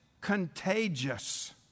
contagious